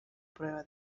pruebas